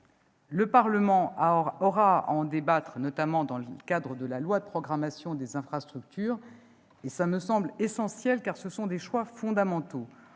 le Parlement aura à en débattre, notamment dans le cadre du projet de loi de programmation des infrastructures, et cela me semble essentiel, car ils sont fondamentaux.